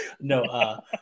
No